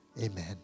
Amen